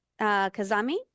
Kazami